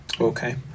Okay